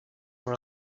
for